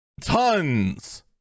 tons